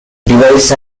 devise